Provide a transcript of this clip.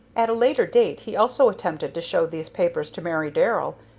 at a later date he also attempted to show these papers to mary darrell,